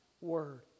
Word